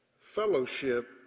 fellowship